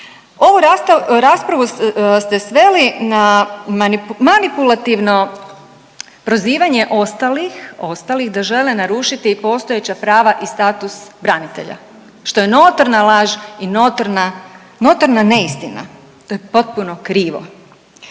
Ovu raspravu ste sveli na manipulativno prozivanje ostalih da žele narušiti postojeća prava i status branitelja što je notorna laž i notorna neistina. To je potpuno krivo.